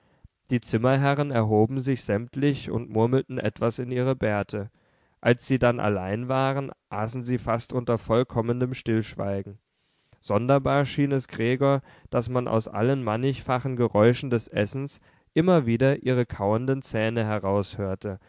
die zimmerherren erhoben sich sämtlich und murmelten etwas in ihre bärte als sie dann allein waren aßen sie fast unter vollkommenem stillschweigen sonderbar schien es gregor daß man aus allen mannigfachen geräuschen des essens immer wieder ihre kauenden zähne